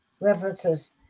references